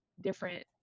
different